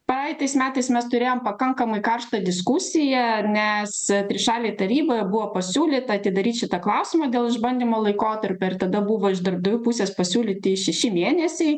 praeitais metais mes turėjom pakankamai karštą diskusiją ar nes trišalėj taryboje buvo pasiūlyta atidaryt šitą klausimą dėl išbandymo laikotarpio ir tada buvo iš darbdavių pusės pasiūlyti šeši mėnesiai